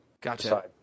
Gotcha